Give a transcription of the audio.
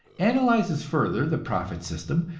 analyzes further the profit system,